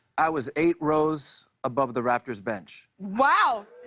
i was eight rows above the raptors bench. wow!